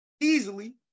easily